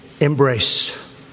embrace